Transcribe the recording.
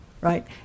Right